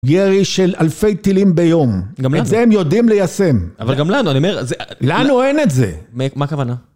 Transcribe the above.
ירי של אלפי טילים ביום. את זה הם יודעים ליישם. אבל גם לנו, אני אומר... לנו אין את זה. מה הכוונה?